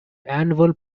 annual